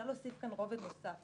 צריך להוסיף כאן רובד נוסף.